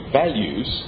values